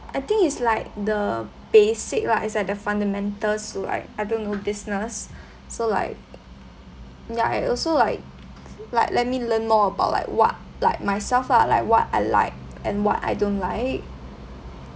I think it's like the basic lah it's at the fundamental so I I don't know business so like ya I also like like let me learn more about like what like myself lah like what I like and what I don't like